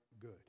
good